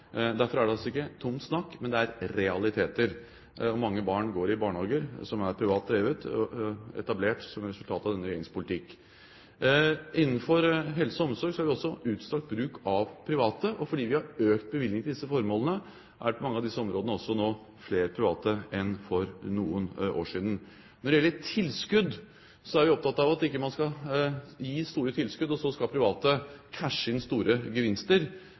tomt snakk, men det er realiteter. Mange barn går i barnehager som er privat drevet, etablert som resultat av denne regjeringens politikk. Innenfor helse og omsorg har vi også utstrakt bruk av private. Og fordi vi har økt bevilgningene til disse formålene, er det på mange av disse områdene også nå flere private enn for noen år siden. Når det gjelder tilskudd, er vi opptatt av at man ikke skal gi store tilskudd og så skal private «cashe» inn store gevinster